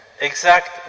Exact